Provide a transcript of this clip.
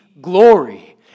glory